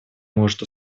может